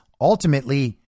ultimately